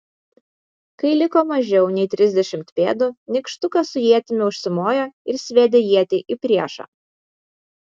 kai liko mažiau nei trisdešimt pėdų nykštukas su ietimi užsimojo ir sviedė ietį į priešą